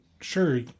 sure